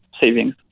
savings